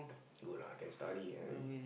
good lah can study ah he